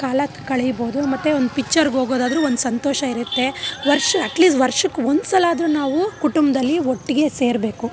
ಕಾಲ ಕಳೀಬೌದು ಮತ್ತು ಒಂದು ಪಿಚ್ಚರ್ಗೋಗೋದಾದ್ರು ಒಂದು ಸಂತೋಷ ಇರುತ್ತೆ ವರ್ಷ ಅಟ್ಲೀಸ್ಟ್ ವರ್ಷಕ್ಕೆ ಒಂದ್ಸಲ ಆದರೂ ನಾವು ಕುಟುಂಬದಲ್ಲಿ ಒಟ್ಟಿಗೆ ಸೇರಬೇಕು